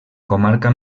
comarca